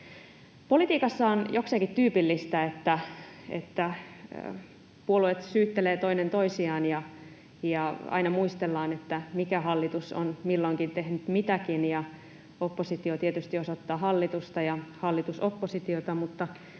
Politiikassa on jokseenkin tyypillistä, että puolueet syyttelevät toinen toisiaan ja aina muistellaan, mikä hallitus on milloinkin tehnyt mitäkin, ja oppositio tietysti osoittaa hallitusta ja hallitus oppositiota. Mutta